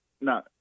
No